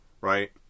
right